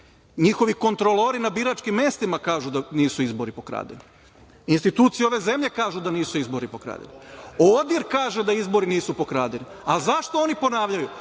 Njihovi kontrolori na biračkim mestima kažu da izbori nisu pokradeni, institucije ove zemlje kažu da nisu izbori pokradeni. ODIR kaže da izbori nisu pokradeni, ali zašto oni ponavljaju?